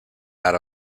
out